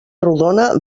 rodona